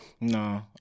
No